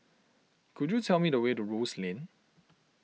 could you tell me the way to Rose Lane